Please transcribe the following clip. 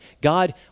God